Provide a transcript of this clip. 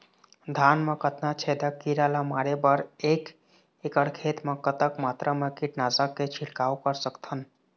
धान मा कतना छेदक कीरा ला मारे बर एक एकड़ खेत मा कतक मात्रा मा कीट नासक के छिड़काव कर सकथन?